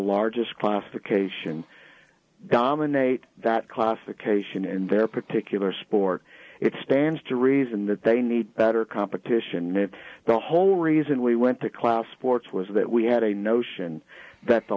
largest classification dominate that classification and their particular sport it stands to reason that they need better competition in the whole reason we went to class sports was that we had a notion that the